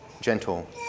gentle